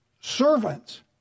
servants